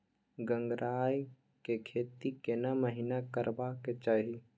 गंगराय के खेती केना महिना करबा के चाही?